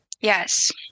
Yes